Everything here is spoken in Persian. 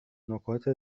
نکات